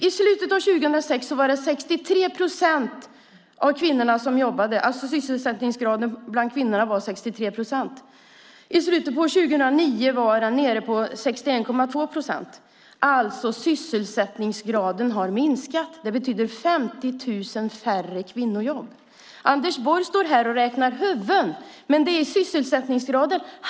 I slutet av 2006 var det 63 procent av kvinnorna som jobbade. Sysselsättningsgraden bland kvinnorna var alltså 63 procent. I slutet av 2009 var den nere på 61,2 procent. Sysselsättningsgraden har alltså minskat. Det betyder 50 000 färre kvinnojobb. Anders Borg står här och räknar huvuden, men det är sysselsättningsgraden som gäller.